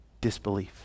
disbelief